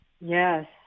Yes